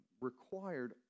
required